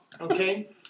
Okay